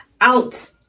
out